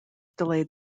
delayed